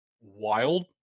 wild